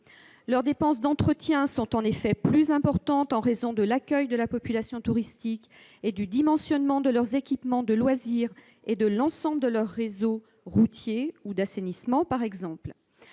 Leurs dépenses d'entretien sont, en effet, plus importantes, en raison de l'accueil de la population touristique et du dimensionnement de leurs équipements de loisirs et de l'ensemble de leurs réseaux routiers ou d'assainissement, par exemple.